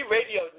Radio